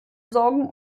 sorgen